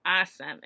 Awesome